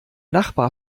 nachbar